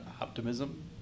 Optimism